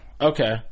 Okay